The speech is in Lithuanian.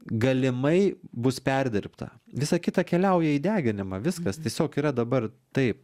galimai bus perdirbta visa kita keliauja į deginimą viskas tiesiog yra dabar taip